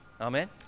Amen